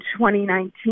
2019